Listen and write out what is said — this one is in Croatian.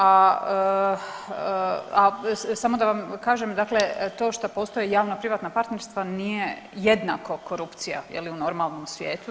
A, a samo da vam kažem to što postoje javna privatna partnerstva nije jednako korupcija je li u normalnom svijetu.